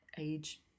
age